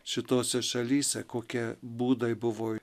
šitose šalyse kokie būdai buvo